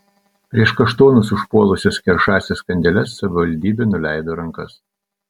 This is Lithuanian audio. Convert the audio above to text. prieš kaštonus užpuolusias keršąsias kandeles savivaldybė nuleido rankas